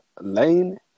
lane